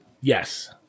yes